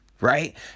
right